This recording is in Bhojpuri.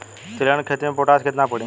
तिलहन के खेती मे पोटास कितना पड़ी?